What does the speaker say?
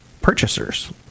purchasers